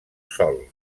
sòl